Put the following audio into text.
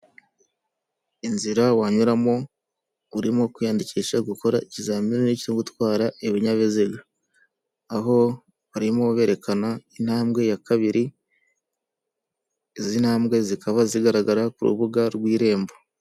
Inzira wanyuramo urimo kwiyandikisha gukora ikizamini cyo gutwara ibinyabiziga, aho barimo berekana intambwe ya kabiri, izi ntambwe zikaba zigaragara ku rubuga rw'irembo.